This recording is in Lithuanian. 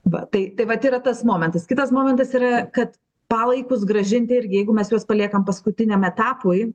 va tai tai vat yra tas momentas kitas momentas yra kad palaikus grąžinti irgi jeigu mes juos paliekam paskutiniam etapui